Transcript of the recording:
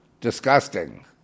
disgusting